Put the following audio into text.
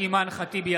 (קורא בשמות חברי הכנסת) אימאן ח'טיב יאסין,